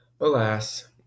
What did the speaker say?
alas